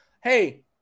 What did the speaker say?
hey